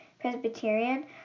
Presbyterian